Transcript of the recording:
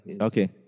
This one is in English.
Okay